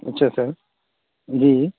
اچھا سر جی